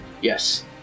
Yes